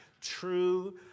true